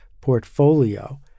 portfolio